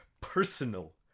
personal